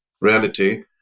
reality